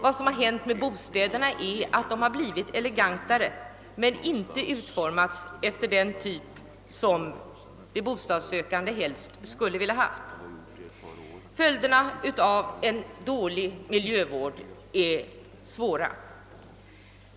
Vad som hänt med bostäderna är att de har blivit mera eleganta, men de har inte utformats så som de bostadssökande vill ha dem. Följderna av vår dåliga miljövård är svåra.